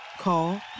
Call